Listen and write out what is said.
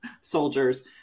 soldiers